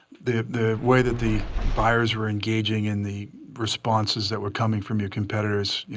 the way that the buyers were engaging in the responses that were coming from your competitors,